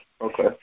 Okay